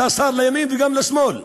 אתה שר לימין וגם לשמאל,